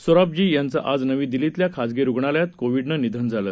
सोराबजी यांचं आज नवी दिल्लीतल्या खासगी रुग्णालयात कोविडनं निधन झालं